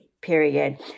period